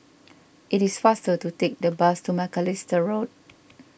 it is faster to take the bus to Macalister Road